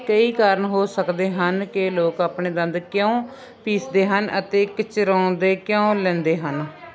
ਕਈ ਕਾਰਨ ਹੋ ਸਕਦੇ ਹਨ ਕਿ ਲੋਕ ਆਪਣੇ ਦੰਦ ਕਿਉਂ ਪੀਸਦੇ ਹਨ ਅਤੇ ਕਿਚਰਾਉਂਦੇ ਕਿਉਂ ਲੈਂਦੇ ਹਨ